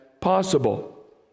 possible